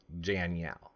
Danielle